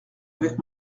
avec